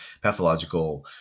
pathological